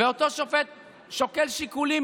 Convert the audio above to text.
ואותו שופט שוקל שיקולים,